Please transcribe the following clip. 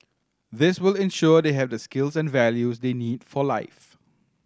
this will ensure they have the skills and values they need for life